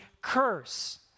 curse